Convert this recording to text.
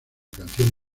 canción